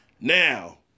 Now